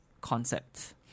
concept